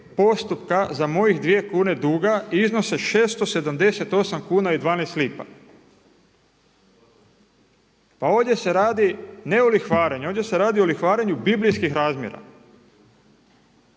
postupka za mojih 2 kune duga iznose 678,12 kuna. Pa ovdje se radi ne o lihvarenju, ovdje se radi o lihvarenju biblijskih razmjera.